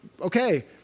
okay